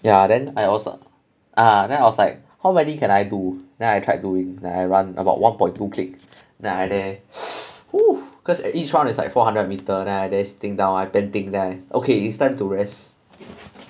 ya then I also ah then I was like how many can I do then I tried doing then I run about one point two click then I there !woo! because each one is like four hundred meter lah then I there think down panting there okay it's time to rest